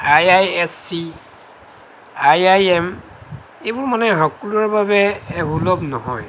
I I S C I I M এইবোৰ মানে সকলোৰে বাবে সুলভ নহয়